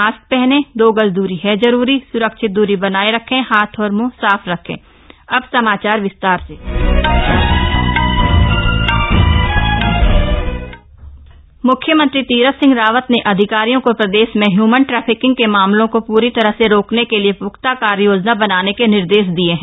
mask पहनें दो गज दूरी है जरूरी सुरक्षित दूरी बनाये रखें हाथ और मुंह साफ रखें ह्युमन ट्रैफिकिंग म्ख्यमंत्री तीरथ सिंह रावत ने अधिकारियों को प्रदेश में ह्यूमन ट्रैफिकिंग के मामलों को पूरी तरह से रोकने के लिए प्ख्ता कार्ययोजना बनाने के निर्देश दिए हैं